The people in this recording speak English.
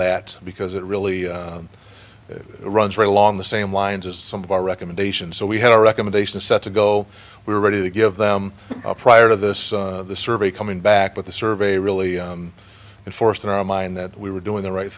that because it really runs right along the same lines as some of our recommendations so we had a recommendation set to go we were ready to give them a prior to this survey coming back with the survey really a force in our mind that we were doing the right